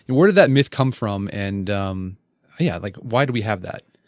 and where does that myth come from and um yeah like why do we have that?